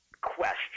question